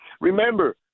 Remember